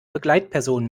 begleitperson